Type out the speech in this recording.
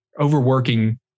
overworking